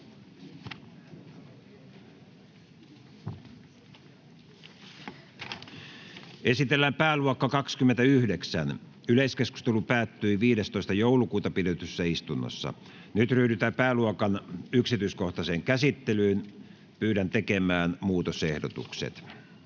Esitellään pääluokka 29. Yleiskeskustelu päättyi 15.12.2022 pidetyssä istunnossa. Nyt ryhdytään pääluokan 29 yksityiskohtaiseen käsittelyyn. Toimi Kankaanniemen ehdotus